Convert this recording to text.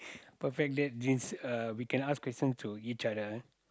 perfect date means we can ask question to each other